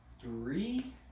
three